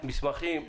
מסמכים,